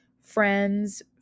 friends